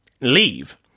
leave